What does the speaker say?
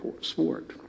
sport